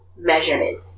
measurement